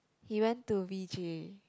he went to V_J